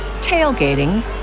tailgating